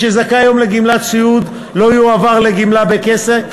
מי שזכאי היום לגמלת סיעוד לא יועבר לגמלה בכסף,